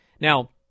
Now